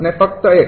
અને ફક્ત ૧